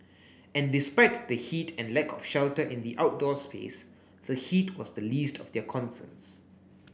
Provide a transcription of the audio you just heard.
and despite the heat and lack of shelter in the outdoor space the heat was the least of their concerns